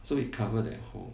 so he covered that hole